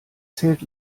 zählt